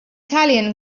italian